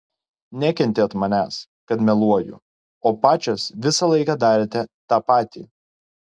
nekentėt manęs kad meluoju o pačios visą laiką darėte tą patį